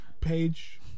page